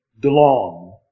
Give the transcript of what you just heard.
DeLong